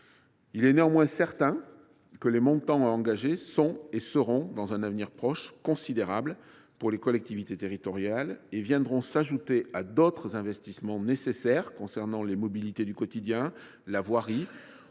Il est néanmoins certain que les montants à engager sont et seront, dans un avenir proche, considérables pour les collectivités territoriales et viendront s’ajouter à d’autres investissements nécessaires concernant les mobilités du quotidien, la voirie